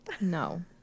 No